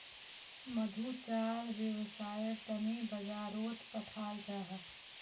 मधु लाक वैव्सायेर तने बाजारोत पठाल जाहा